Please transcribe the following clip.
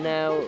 Now